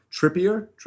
Trippier